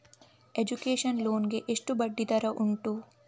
Education loan ಗೆ ಎಷ್ಟು ಬಡ್ಡಿ ದರ ಉಂಟು?